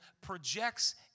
projects